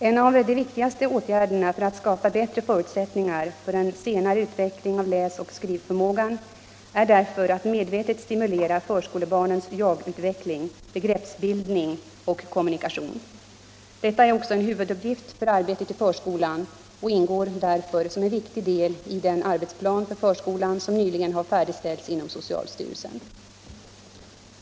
En av de viktigaste åtgärderna för att skapa bättre förutsättningar för en följande utveckling av läsoch skrivförmågan är därför att medvetet stimulera förskolebarnens jag-utveckling, begreppsbildning och kommunikation. Detta är också en huvuduppgift för arbetet i förskolan och ingår därför som en viktig del i den arbetsplan för förskolan som nyligen har färdigställts inom socialstyrelsen.